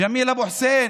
ג'מיל אבו חוסיין,